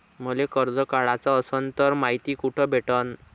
मले कर्ज काढाच असनं तर मायती कुठ भेटनं?